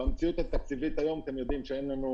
במציאות התקציבית היום אתם יודעים שאין לנו